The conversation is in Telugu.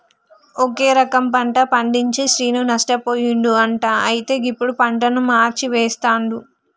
ఒకే రకం పంట పండించి శ్రీను నష్టపోయిండు అంట అయితే ఇప్పుడు పంటను మార్చి వేస్తండు